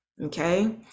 Okay